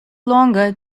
longer